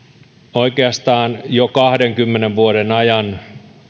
oikeastaan jo kahdenkymmenen vuoden ajan